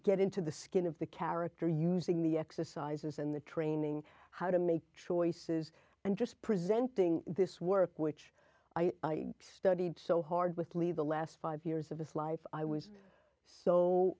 get into the skin of the character using the exercises and the training how to make choices and just presenting this work which i studied so hard with me the last five years of this life i